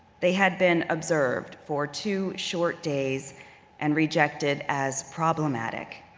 they had been observed for two short days and rejected as problematic,